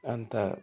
अन्त